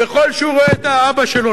ככל שהוא רואה את האבא שלו,